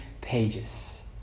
pages